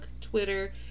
twitter